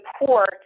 support